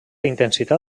intensitat